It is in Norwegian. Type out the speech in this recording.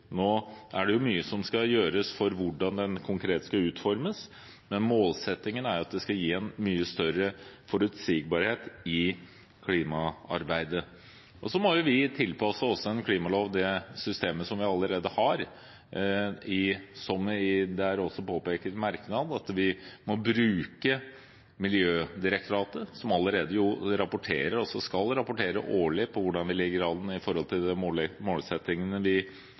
Nå er det mye som skal gjøres i forhold til hvordan den konkret skal utformes, men målsettingen er at det skal gi en mye større forutsigbarhet i klimaarbeidet. Så må vi jo også tilpasse en klimalov til det systemet vi allerede har, og det er også påpekt i en merknad at vi må bruke Miljødirektoratet, som allerede rapporterer og skal rapportere årlig på hvordan vi ligger an i forhold til de målsettingene vi